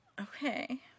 Okay